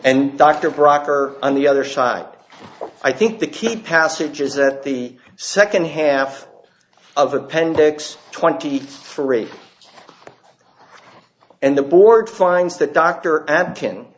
are on the other side i think the key passages that the second half of appendix twenty three and the board finds that dr atkins